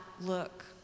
look